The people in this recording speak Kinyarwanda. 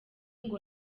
ngo